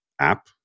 app